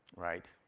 right?